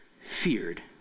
feared